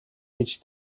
гэж